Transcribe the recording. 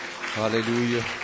Hallelujah